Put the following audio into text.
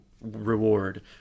reward